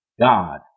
God